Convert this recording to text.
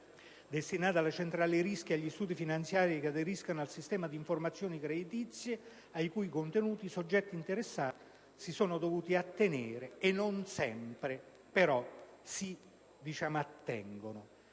destinata alle centrali rischi e agli istituti finanziari che aderiscono ai sistemi di informazioni creditizie, ai cui contenuti i soggetti interessati si sono dovuti attenere fin dal 15 dicembre